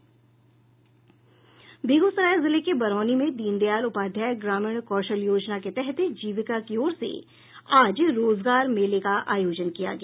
बेगूसराय जिले के बरौनी में दीनदयाल उपाध्याय ग्रामीण कौशल योजना के तहत जीविका की ओर से आज रोजगार मेला का आयोजन किया गया